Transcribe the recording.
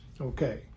Okay